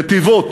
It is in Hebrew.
נתיבות,